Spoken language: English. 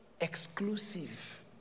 exclusive